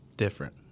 Different